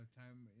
time